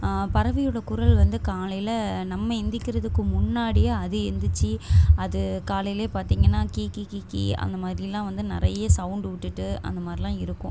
பறவையோடய குரல் வந்து காலையில் நம்ம எழுந்திரிக்கிறதுக்கு முன்னாடியே அது எழுந்திர்ச்சி அது காலையிலே பார்த்தீங்கன்னா கீ கீ கீ கீ அந்தமாதிரிலாம் வந்து நிறைய சவுண்ட்டு விட்டுட்டு அந்தமாதிரிலாம் இருக்கும்